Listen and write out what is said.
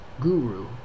Guru